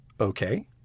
okay